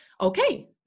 Okay